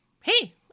hey